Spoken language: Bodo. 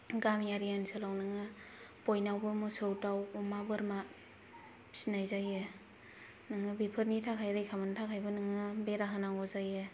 गामियारि ओनसोलाव नोङो बयनावबो मोसौ दाउ अमा बोरमा फिसिनाय जायो नोङो बेफोरनि थाखाय रैखा मोननो थाखायबो नोङो बेरा होनांगौ जायो